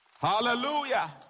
hallelujah